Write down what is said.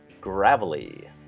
Gravelly